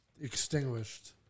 Extinguished